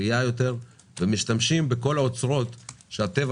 בריאה יותר ומשתמשים בכל האוצרות שהטבע